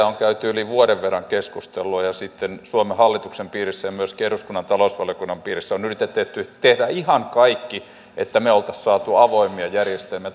on käyty yli vuoden verran keskustelua ja suomen hallituksen piirissä ja myöskin eduskunnan talousvaliokunnan piirissä on yritetty tehdä ihan kaikki että me olisimme saaneet avoimia järjestelmiä